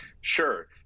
Sure